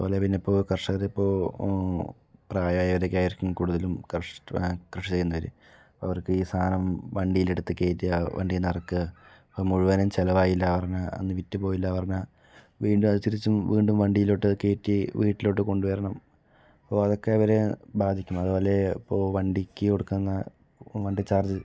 അതുപോലെ പിന്നെ ഇപ്പോൾ കർഷകരിപ്പോൾ പ്രായമായവരൊക്കെ ആയിരിക്കും കൂടുതലും കർഷ കൃഷി ചെയ്യുന്നവര് അപ്പോൾ അവർക്ക് ഈ സാധനം വണ്ടിയിൽ എടുത്ത് കയറ്റുക വണ്ടിയിൽ നിന്ന് ഇറക്കുക മുഴുവനും ചിലവായില്ല എന്ന് പറഞ്ഞ് അന്ന് വിറ്റ് പോയില്ല പറഞ്ഞ് വീണ്ടും അത് തിരിച്ച് വീണ്ടും വണ്ടിയിലോട്ട് കയറ്റി വീട്ടിലോട്ട് കൊണ്ട് വരണം അപ്പോൾ അതൊക്കെ അവരെ ബാധിക്കും അതുപോലെ ഇപ്പോൾ വണ്ടിക്ക് കൊടുക്കാൻ തന്നെ വണ്ടി ചാർജ്